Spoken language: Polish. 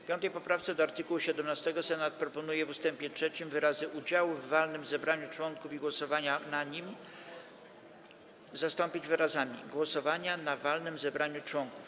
W 5. poprawce do art. 17 Senat proponuje, aby w ust. 3 wyrazy „udziału w walnym zebraniu członków i głosowania na nim” zastąpić wyrazami „głosowania na walnym zebraniu członków”